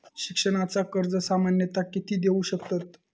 शिक्षणाचा कर्ज सामन्यता किती देऊ शकतत?